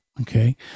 Okay